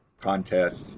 contests